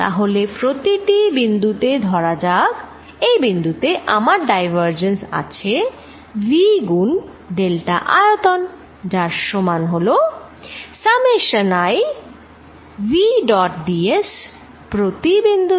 তাহলে প্রতিটি বিন্দুতে ধরা যাক এই বিন্দুতে আমার ডাইভারজেন্স আছে v গুন ডেল্টা আয়তন যার সমান হলো summation i v dot d s প্রতিটি বিন্দুতে